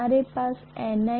पूरी बात हरकत में आती है